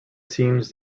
seems